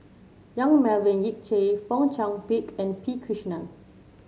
Yong Melvin Yik Chye Fong Chong Pik and P Krishnan